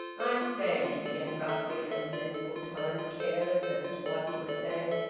i say, he began gruffly, in a resentful tone, careless as to what he was saying,